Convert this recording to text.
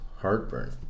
Heartburn